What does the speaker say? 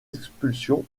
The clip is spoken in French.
expulsion